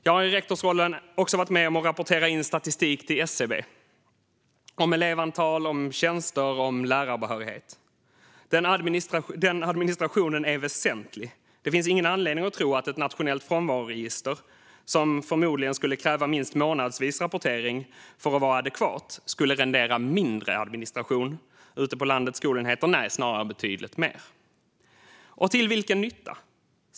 Jag har i rektorsrollen också varit med om att rapportera in statistik till SCB om elevantal, tjänster och lärarbehörighet. Den administrationen är väsentlig. Det finns ingen anledning att tro att ett nationellt frånvaroregister, som förmodligen skulle kräva minst månadsvis rapportering för att vara adekvat, skulle rendera mindre administration ute på landets skolenheter - snarare betydligt mer. Och till vilken nytta skulle det vara?